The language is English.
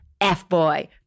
F-Boy